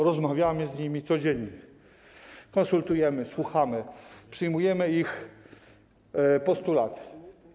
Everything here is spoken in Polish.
Rozmawiamy z nimi codziennie, konsultujemy z nimi, słuchamy ich, przyjmujemy ich postulaty.